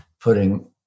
putting